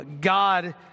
God